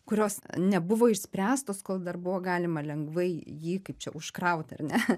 kurios nebuvo išspręstos kol dar buvo galima lengvai jį kaip čia užkraut ar ne